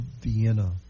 Vienna